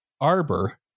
arbor